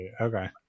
okay